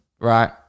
right